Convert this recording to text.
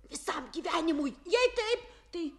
visam gyvenimui jei taip tai